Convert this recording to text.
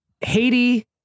Haiti